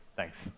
Thanks